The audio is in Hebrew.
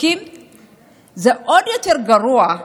זה עוד יותר גרוע.